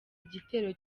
igitero